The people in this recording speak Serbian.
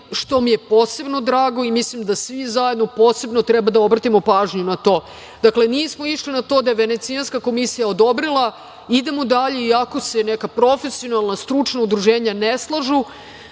što mi je posebno drago i mislim da svi zajedno posebno treba da obratimo pažnju na to. Dakle, nismo išli na to da je Venecijanska komisija odobrila, idemo dalje, iako se neka profesionalna stručna udruženja ne slažu